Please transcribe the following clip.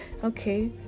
okay